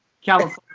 California